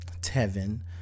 Tevin